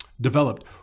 developed